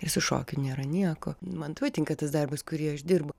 ir su šokiu nėra nieko man patinka tas darbas kurį aš dirbu